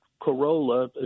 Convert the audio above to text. Corolla